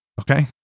Okay